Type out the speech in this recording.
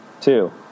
Two